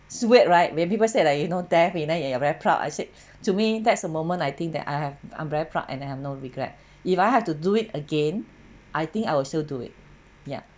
sweat right when people say like you know death and then you are very proud I said to me that's the moment I think that I have I'm very proud and have no regret if I have to do it again I think I will still do it ya